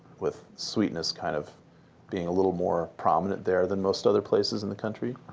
with sweetness kind of being a little more prominent there than most other places in the country.